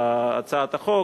בהצעת החוק,